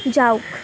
যাওক